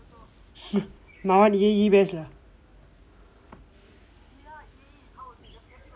my one E_A_E best lah